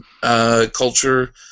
culture